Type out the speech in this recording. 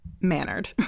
mannered